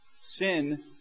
Sin